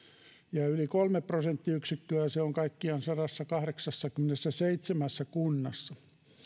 ja yli kolme prosenttiyksikköä se on kaikkiaan sadassakahdeksassakymmenessäseitsemässä kunnassa